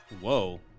Whoa